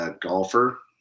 golfer